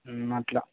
అట్లా